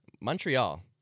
Montreal